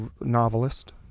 novelist